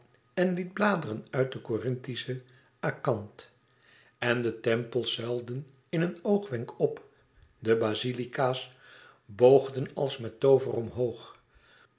en liet bladerenuit de corintische akanth en de tempels zuilden in een oogwenk op de basilica's boogden als met toover omhoog